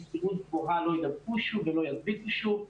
בסבירות גבוהה לא ידבקו שוב ולא ידביקו שוב,